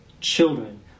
children